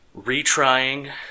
retrying